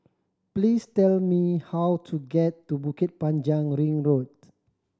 please tell me how to get to Bukit Panjang Ring Road